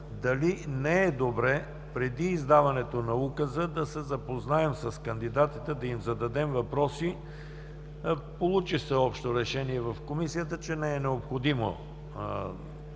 дали не е добре преди издаването на указа да се запознаем с кандидатите, да им зададем въпроси. Получи се общо решение в Комисията, че не е необходимо да се бъркаме